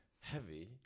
Heavy